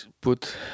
put